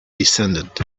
descended